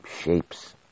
shapes